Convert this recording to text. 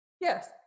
Yes